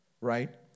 Right